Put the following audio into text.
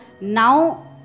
Now